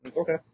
Okay